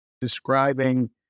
describing